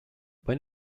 when